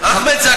אני מבקש לצאת.